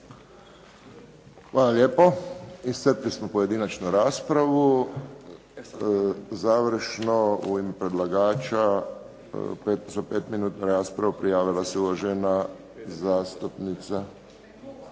Hvala lijepo. Iscrpili smo pojedinačnu raspravu. Završno u ime predlagača, za petominutnu raspravu prijavila se uvažena zastupnica,